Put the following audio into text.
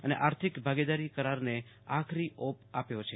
અને આર્થિક ભાગીદારી કરારને આખરી ઓપ આપ્યો છે